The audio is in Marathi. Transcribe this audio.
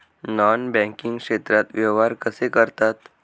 नॉन बँकिंग क्षेत्रात व्यवहार कसे करतात?